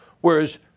whereas